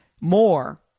more